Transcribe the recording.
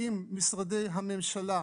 שאם משרדי הממשלה,